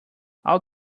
all